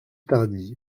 tardy